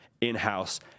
in-house